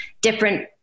different